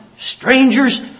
strangers